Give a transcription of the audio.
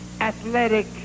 athletic